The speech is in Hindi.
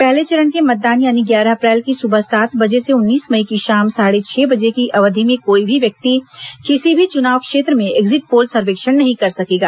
पहले चरण के मतदान यानि ग्यारह अप्रैल की सुबह सात बजे से उन्नीस मई की शाम साढ़े छह बजे की अवधि में कोई भी व्यक्ति किसी भी चुनाव क्षेत्र में एक्जिट पोल सर्वेक्षण नहीं कर सकेगा